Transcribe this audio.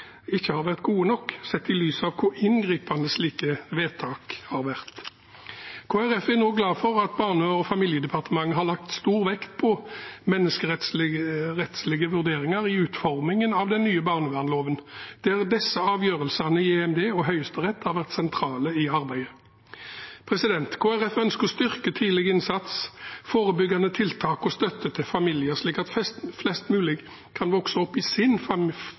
ikke har vært gode nok sett i lys av hvor inngripende slike vedtak har vært. Kristelig Folkeparti er nå glad for at Barne- og familiedepartementet har lagt stor vekt på menneskerettslige vurderinger i utformingen av den nye barnevernsloven, der disse avgjørelsene i EMD og Høyesterett har vært sentrale i arbeidet. Kristelig Folkeparti ønsker å styrke tidlig innsats, forebyggende tiltak og støtte til familier, slik at flest mulig kan vokse opp i sin